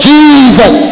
Jesus